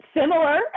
similar